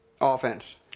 offense